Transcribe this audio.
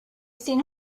seen